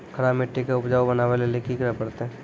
खराब मिट्टी के उपजाऊ बनावे लेली की करे परतै?